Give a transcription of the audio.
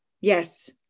yes